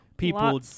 people